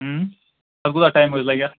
پَتہٕ کوٗتاہ ٹایِم حظ لَگہِ اَتھ